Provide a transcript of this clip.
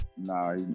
Nah